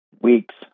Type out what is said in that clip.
weeks